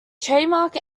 trademark